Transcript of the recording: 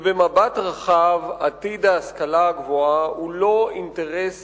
ובמבט רחב, עתיד ההשכלה הגבוהה הוא לא אינטרס